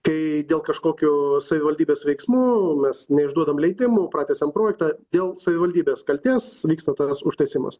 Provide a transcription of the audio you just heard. kai dėl kažkokių savivaldybės veiksmų mes neišduodam leidimų pratęsiam projektą dėl savivaldybės kaltės vyksta tas užtęsimas